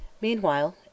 Meanwhile